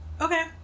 okay